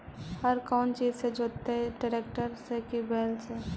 हर कौन चीज से जोतइयै टरेकटर से कि बैल से?